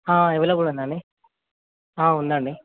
ఎవరికి పోతుంది అండి ఉంది అండి